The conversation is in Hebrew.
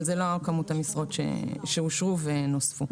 אבל זו לא כמות המשרות שאושרו ונוספו.